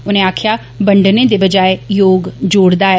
उनें आक्खेआ बंडने दे बजाय योग जोड़दा ऐ